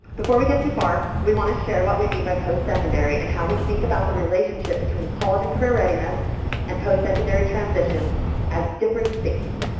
before we get too far, we want to share what we mean by postsecondary and how we think about the relationship between college and career readiness and postsecondary transition as different things.